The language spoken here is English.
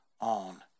on